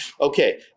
okay